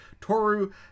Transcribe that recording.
Toru